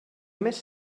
més